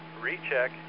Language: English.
recheck